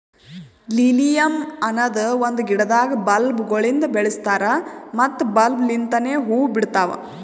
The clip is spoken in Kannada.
ಲಿಲಿಯಮ್ ಅನದ್ ಒಂದು ಗಿಡದಾಗ್ ಬಲ್ಬ್ ಗೊಳಿಂದ್ ಬೆಳಸ್ತಾರ್ ಮತ್ತ ಬಲ್ಬ್ ಲಿಂತನೆ ಹೂವು ಬಿಡ್ತಾವ್